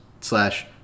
Slash